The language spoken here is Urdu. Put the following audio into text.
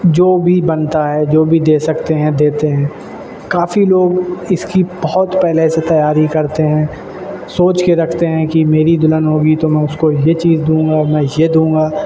جو بھی بنتا ہے جو بھی دے سکتے ہیں دیتے ہیں کافی لوگ اس کی بہت پہلے سے تیاری کرتے ہیں سوچ کے رکھتے ہیں کہ میری دلہن ہوگی تو میں اس کو یہ چیز دوں گا میں یہ دوں گا